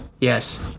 Yes